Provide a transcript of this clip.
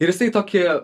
ir jisai tokį